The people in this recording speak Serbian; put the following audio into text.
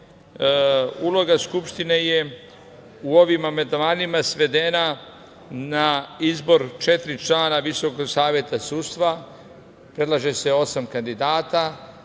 uloga Skupštine u ovim amandmanima svedena je na izbor četiri člana Visokog saveta sudstva, predlaže se osam kandidata.